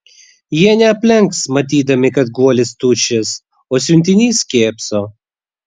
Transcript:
jie neaplenks matydami kad guolis tuščias o siuntinys kėpso